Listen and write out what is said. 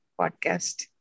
podcast